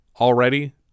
already